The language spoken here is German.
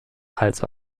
als